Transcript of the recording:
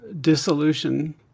dissolution